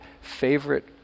favorite